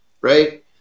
right